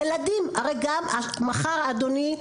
אדוני,